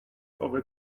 owe